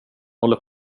håller